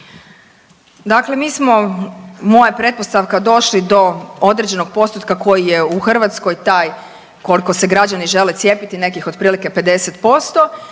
Dakle mi smo, moja je pretpostavka, došli do određenog postotka koji je u Hrvatskoj taj koliko se građani žele cijepiti nekih otprilike 50%